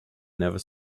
never